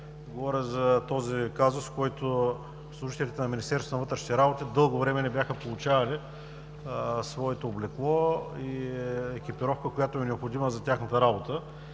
говоря за този казус, по който служителите на Министерството на вътрешните работи дълго време не бяха получавали своето облекло и екипировка, необходима за тяхната работа.